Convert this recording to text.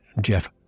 Jeff